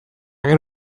gero